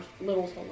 little